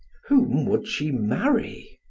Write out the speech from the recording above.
whom would she marry?